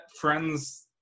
Friends